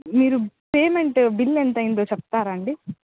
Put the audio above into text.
మీరు payment bill ఎంత అయ్యిందో చెప్తారా అండి